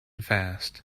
fast